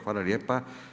Hvala lijepo.